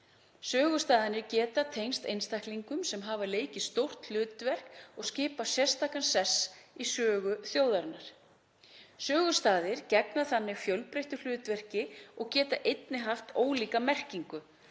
Sögustaðirnir geta einnig tengst einstaklingum sem hafa leikið stórt hlutverk og skipa sérstakan sess í sögu þjóðarinnar. Sögustaðir gegna þannig fjölbreyttu hlutverki og geta einnig haft ólíka merkingu.